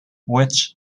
which